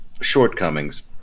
shortcomings